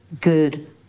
good